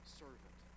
servant